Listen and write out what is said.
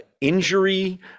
injury